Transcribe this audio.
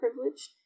privileged